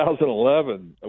2011